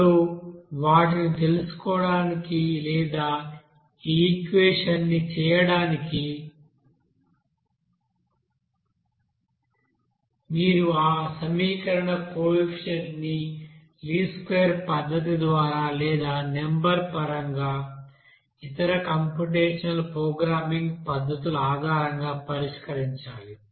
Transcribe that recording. ఇప్పుడు వాటిని తెలుసుకోవడానికి లేదా ఆ ఈక్వెషన్స్ ని చేయడానికి మీరు ఆ సమీకరణ కోఎఫిషియెంట్ ని లీస్ట్ స్క్వేర్ పద్ధతి ద్వారా లేదా నెంబర్ాపరంగా ఇతర కంప్యూటేషనల్ ప్రోగ్రామింగ్ పద్ధతుల ఆధారంగా పరిష్కరించాలి